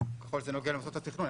ככל שזה נוגע למוסדות התכנון.